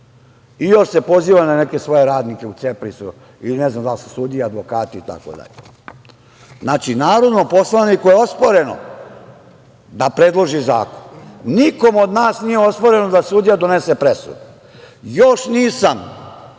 i još se poziva na neke svoje radnike u CEPRIS-u ili ne znam da li su sudije, advokati itd. Znači, narodnom poslaniku je osporeno da predloži zakon, nikom od nas nije osporeno da sudija donese presudu. Još nisam